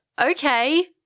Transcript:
okay